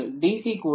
C கூட இல்லை